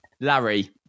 Larry